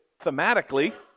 thematically